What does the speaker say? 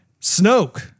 Snoke